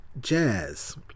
jazz